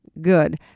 good